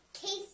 Casey